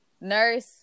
Nurse